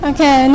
Okay